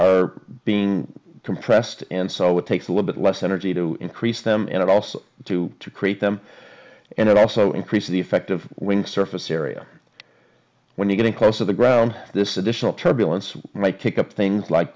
are being compressed and so it takes a little bit less energy to increase them and also to create them and it also increases the effective wing surface area when you getting close to the ground this additional turbulence might take up things like